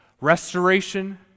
Restoration